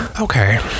Okay